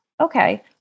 okay